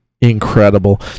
incredible